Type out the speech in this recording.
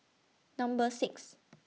Number six